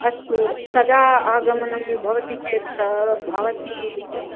अस्तु कदा आगमनं भवति चेत् भवती